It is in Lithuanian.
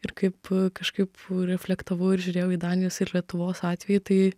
ir kaip kažkaip reflektavau ir žiūrėjau į danijos ir lietuvos atvejį tai